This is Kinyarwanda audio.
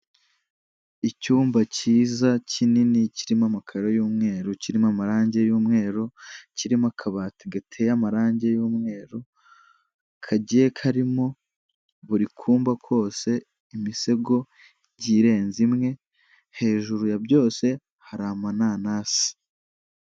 Icyumba cyiza kinini kirimo amakaro y'umweru, kirimo amarangi y'umweru, kirimo akabati gateye amarangi y'umweru, kagiye karimo buri kumba kose imisego igiye irenze imwe, hejuru ya byose hari amananasi.